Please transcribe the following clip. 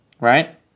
right